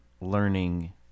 learning